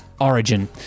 Origin